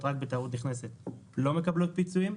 רק בתיירות נכנסת לא מקבלות פיצויים.